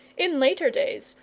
in later days,